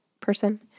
person